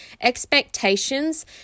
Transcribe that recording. expectations